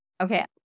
Okay